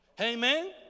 Amen